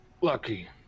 Lucky